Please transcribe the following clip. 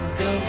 go